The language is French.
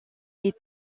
est